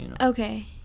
Okay